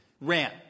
ran